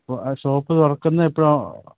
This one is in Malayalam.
ആ ഷോപ്പ് തുറക്കുന്നത് എപ്പോഴാണ്